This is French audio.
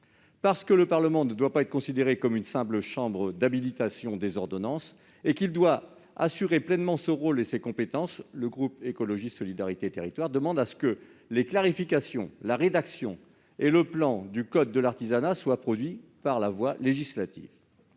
Parce que le Parlement ne doit pas être considéré comme une simple chambre d'habilitation et qu'il doit pleinement assumer son rôle et ses compétences, le groupe Écologiste - Solidarité et Territoires demande que les clarifications, la rédaction et le plan du code de l'artisanat soient réalisés par la voie législative.